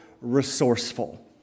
resourceful